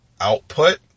output